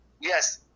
Yes